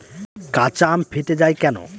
কাঁচা আম ফেটে য়ায় কেন?